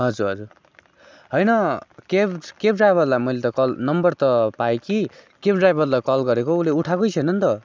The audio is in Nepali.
हजुर हजुर होइन क्याब क्याब ड्राइभरलाई मैले त कल नम्बर त पाएँ कि क्याब ड्राइभरलाई कल गरेको उसले उठाएकै छैन नि त